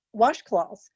washcloths